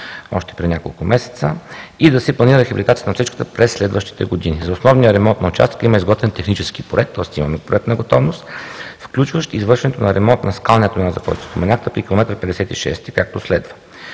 още преди няколко месеца, и да се планира рехабилитацията на отсечката през следващите години. За основния ремонт на участъка има изготвен технически проект, тоест имаме проектна готовност, включващ извършването на ремонт на скалния тунел, за който споменахте при километър 56-ти, както следва: